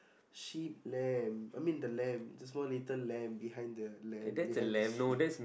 sheep lamb I mean the lamb it's a small little lamb behind the lamb behind the sheep